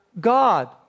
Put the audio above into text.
God